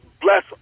Bless